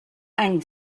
any